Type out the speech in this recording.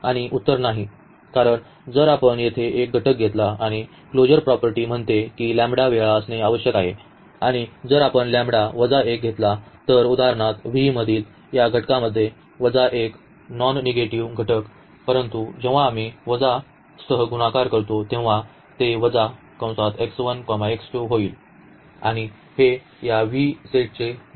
आणि उत्तर नाही कारण जर आपण येथे एक घटक घेतला आणि क्लोजर प्रॉपर्टी म्हणते की वेळा असणे आवश्यक आहे आणि जर आपण लॅम्बडा वजा 1 घेतला तर उदाहरणार्थ V मधील या घटकामध्ये 1 नॉन निगेटिव्ह घटक परंतु जेव्हा आम्ही सह गुणाकार करतो तेव्हा ते होईल आणि हे या V सेटचे नाही